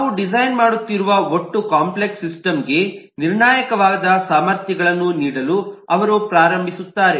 ನಾವು ಡಿಸೈನ್ ಮಾಡುತ್ತಿರುವ ಒಟ್ಟು ಕಾಂಪ್ಲೆಕ್ಸ್ ಸಿಸ್ಟಮ್ಗೆ ನಿರ್ಣಾಯಕವಾದ ಸಾಮರ್ಥ್ಯಗಳನ್ನು ನೀಡಲು ಅವರು ಪ್ರಾರಂಭಿಸುತ್ತಾರೆ